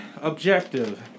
objective